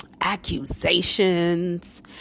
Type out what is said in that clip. Accusations